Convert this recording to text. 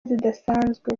zidasanzwe